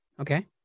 okay